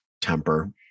temper